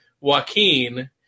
Joaquin